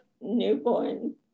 newborn